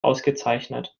ausgezeichnet